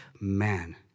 man